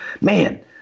man